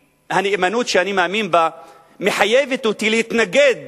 הנאמנות שאני מאמין בה מחייבת אותי להתנגד